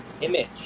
image